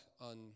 on